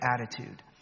attitude